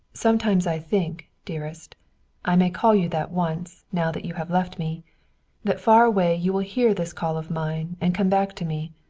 sometimes i think, dearest i may call you that once, now that you have left me that far away you will hear this call of mine and come back to me.